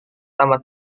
pertama